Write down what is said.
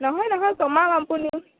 নহয় নহয় কমাম আপুনি